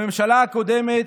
בממשלה הקודמת,